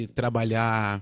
trabalhar